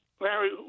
Larry